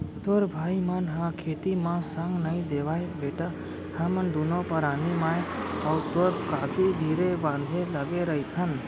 तोर भाई मन ह खेती म संग नइ देवयँ बेटा हमन दुनों परानी मैं अउ तोर काकी धीरे बांधे लगे रइथन